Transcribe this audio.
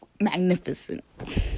magnificent